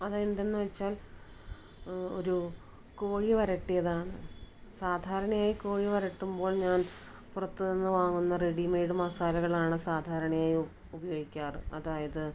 അത് എന്തെന്ന് വെച്ചാൽ ഒരു കോഴി വരട്ടിയതാണ് സാധാരണയായി കോഴി വരട്ടുമ്പോൾ ഞാൻ പുറത്ത് നിന്ന് വാങ്ങുന്ന റെഡി മെയ്ഡ് മസാലകളാണ് സാധാരണയായി ഉപയോഗിക്കാറ് അതായത്